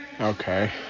okay